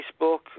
Facebook